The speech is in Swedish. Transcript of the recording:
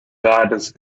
världens